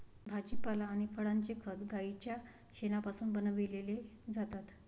भाजीपाला आणि फळांचे खत गाईच्या शेणापासून बनविलेले जातात